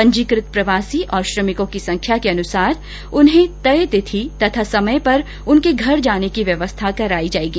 पंजीकृत प्रवासी और श्रमिकों की संख्या के अनुसार उन्हें तय तिथि तथा समय पर उनके घर जाने की व्यवस्था उपलब्ध कराई जाएगी